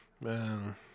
Man